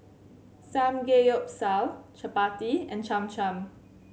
Samgeyopsal Chapati and Cham Cham